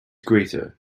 greater